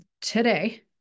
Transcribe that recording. today